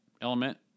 element